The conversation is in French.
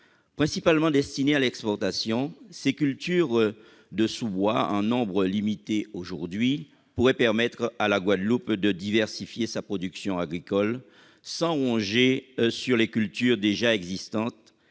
Principalement destinées à l'exportation, ces cultures de sous-bois, en nombre limité aujourd'hui, pourraient permettre à la Guadeloupe de diversifier sa production agricole sans rogner sur les cultures déjà existantes,